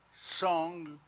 song